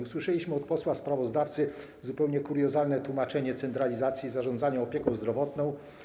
Usłyszeliśmy od posła sprawozdawcy zupełnie kuriozalne tłumaczenie centralizacji zarządzania opieką zdrowotną.